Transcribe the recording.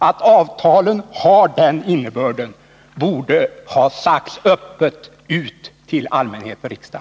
Att avtalet har denna innebörd borde ha sagts ut öppet till allmänhet och riksdag.